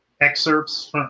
excerpts